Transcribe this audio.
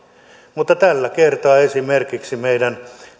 mutta tällä kertaa esimerkiksi meidän